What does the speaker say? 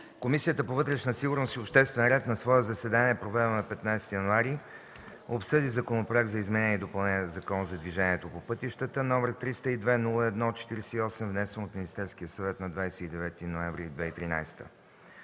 Комисията по вътрешна сигурност и обществен ред на свое заседание, проведено на 15 януари 2014 г., обсъди Законопроект за изменение и допълнение на Закона за движението по пътищата, № 302-01-48, внесен от Министерски съвет на 29 ноември 2013